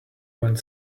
went